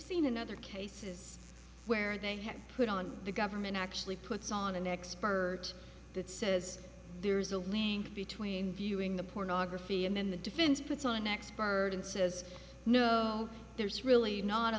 seen in other cases where they have put on the government actually puts on an expert that says there's a link between viewing the pornography and then the defense puts on next bird and says no there's really not a